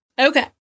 Okay